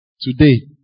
today